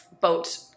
boat